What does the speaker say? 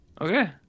okay